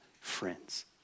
friends